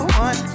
one